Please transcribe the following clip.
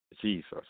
Jesus